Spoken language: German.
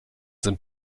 sind